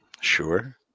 Sure